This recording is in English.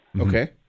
Okay